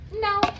no